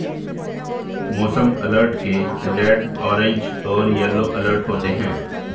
मौसम अलर्ट के red orange और येलो अलर्ट होते हैं